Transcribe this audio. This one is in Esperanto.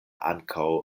ankaŭ